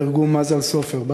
נהרגו מזל סופר,